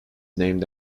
named